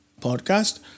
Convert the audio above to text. podcast